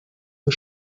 the